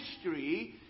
history